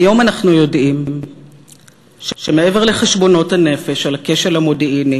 היום אנחנו יודעים שמעבר לחשבונות הנפש על הכשל המודיעיני